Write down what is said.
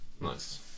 Nice